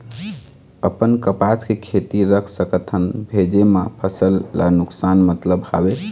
अपन कपास के खेती रख सकत हन भेजे मा फसल ला नुकसान मतलब हावे?